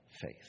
faith